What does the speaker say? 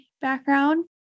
background